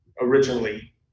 originally